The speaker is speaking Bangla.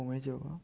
কমে যাওয়া